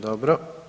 Dobro.